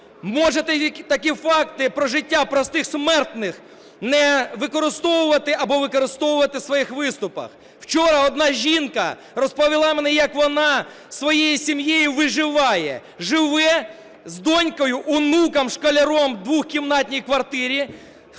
Можете такі факти про життя простих смертних не використовувати або використовувати в своїх виступах. Вчора одна жінка розповіла мені, як вона зі своєю сім'єю виживає, живе з донькою, онуком-школярем в двокімнатній квартирі,